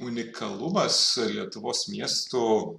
unikalumas lietuvos miestų